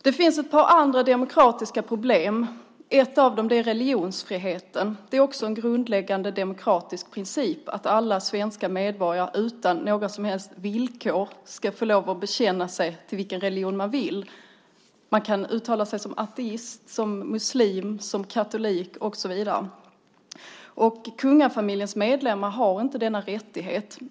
Det finns ett par andra demokratiska problem. Ett av dem är religionsfriheten. Det är också en grundläggande demokratisk princip att alla svenska medborgare utan några som helst villkor ska få lov att bekänna sig till vilken religion man vill. Man kan uttala sig som ateist, muslim, katolik och så vidare. Men kungafamiljens medlemmar har inte denna rättighet.